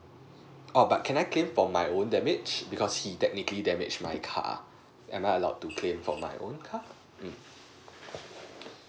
oh but can I claim for my own damage because he technically damaged my car am I allowed to claim for my own car mm